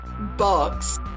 box